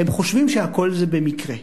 הם חושבים שהכול זה במקרה.